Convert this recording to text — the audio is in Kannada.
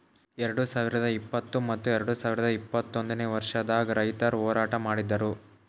ಎರಡು ಸಾವಿರ ಇಪ್ಪತ್ತು ಮತ್ತ ಎರಡು ಸಾವಿರ ಇಪ್ಪತ್ತೊಂದನೇ ವರ್ಷದಾಗ್ ರೈತುರ್ ಹೋರಾಟ ಮಾಡಿದ್ದರು